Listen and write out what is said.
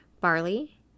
barley